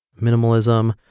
minimalism